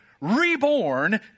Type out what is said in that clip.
reborn